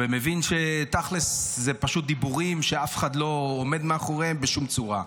ומבין שתכלס זה פשוט דיבורים שאף אחד לא עומד מאחוריהם בשום צורה.